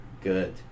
Good